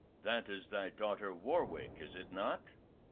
that is thy daughter, warwick, is it not?